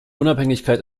unabhängigkeit